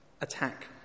attack